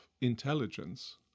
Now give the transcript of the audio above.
intelligence